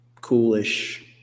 coolish